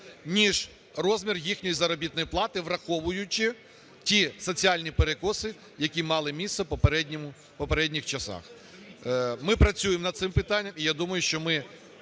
ніж розмір їхньої заробітної плати, враховуючи ті соціальні перекоси, які мали місце в попередніх часах. Ми працюємо над цим питанням, і я думаю, що ми